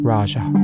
Raja